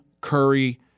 Curry